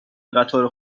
قطار